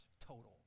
total